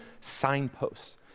signposts